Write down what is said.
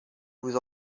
vous